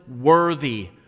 worthy